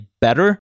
better